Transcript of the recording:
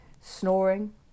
snoring